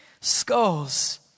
skulls